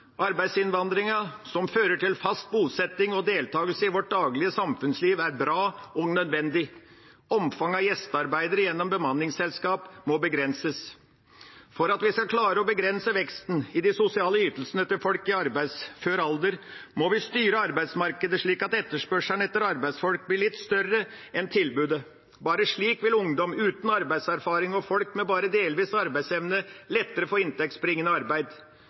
som fører til fast bosetting og deltagelse i vårt daglige samfunnsliv, er bra og nødvendig. Omfanget av gjestearbeidere gjennom bemanningsselskaper må begrenses. For at vi skal klare å begrense veksten i de sosiale ytelsene til folk i arbeidsfør alder, må vi styre arbeidsmarkedet slik at etterspørselen etter arbeidsfolk blir litt større enn tilbudet. Bare slik vil ungdom uten arbeidserfaring og folk med bare delvis arbeidsevne lettere få inntektsbringende arbeid.